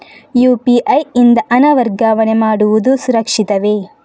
UPI ಯಿಂದ ಹಣ ವರ್ಗಾವಣೆ ಮಾಡುವುದು ಸುರಕ್ಷಿತವೇ?